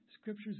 scriptures